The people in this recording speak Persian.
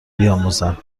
بیاموزند